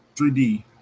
3D